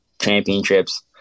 championships